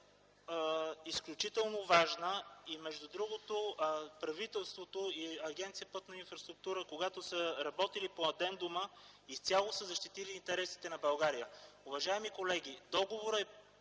изключително важна. Между другото, правителството и Агенция „Пътна инфраструктура”, когато са работили по адендума, изцяло са защитили интересите на България. Уважаеми колеги, договорът е